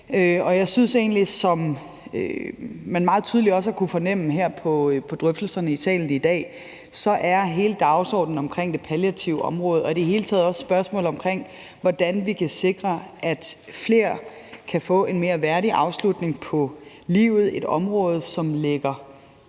dag. Og som man meget tydeligt har kunnet fornemme på drøftelserne i salen i dag, er hele dagsordenen omkring det palliative område og i det hele taget spørgsmålet om, hvordan vi kan sikre, at flere kan få en mere værdig afslutning på livet, et område, som står